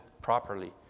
properly